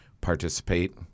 participate